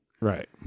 Right